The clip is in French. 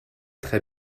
très